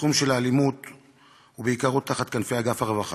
תחום האלימות הוא בעיקרו תחת כנפי אגף הרווחה.